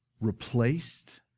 replaced